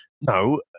no